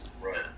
Right